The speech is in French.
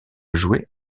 joué